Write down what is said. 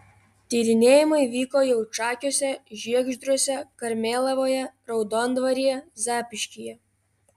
tyrinėjimai vyko jaučakiuose žiegždriuose karmėlavoje raudondvaryje zapyškyje